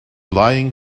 lying